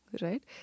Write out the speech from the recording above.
right